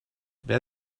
wer